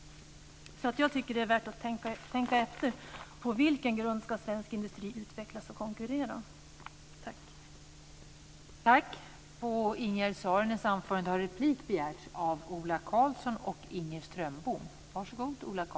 Det är värt att tänka efter på vilken grund svensk industri ska utvecklas och konkurrera.